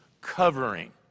covering